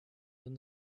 and